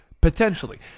Potentially